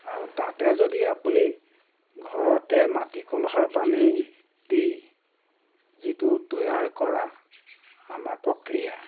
আৰু তাতে যদি আপুনি ঘৰতে মাটি কলহৰ পানী দি যিটো তৈয়াৰ কৰা আমাৰ প্ৰক্ৰিয়া